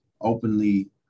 openly